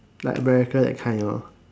like America that kind ah